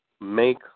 make